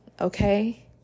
okay